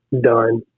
done